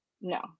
No